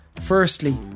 firstly